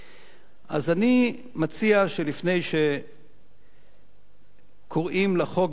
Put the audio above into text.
אז אני מציע שלפני שקוראים לחוק בשמות גנאי,